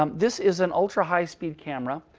um this is an ultra high speed camera.